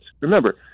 Remember